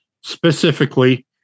specifically